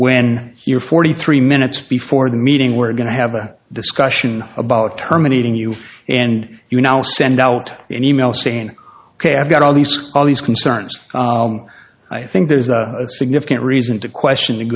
when you're forty three minutes before the meeting we're going to have a discussion about terminating you and you now send out an e mail saying ok i've got all these schools all these concerns i think there's a significant reason to question the